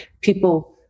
people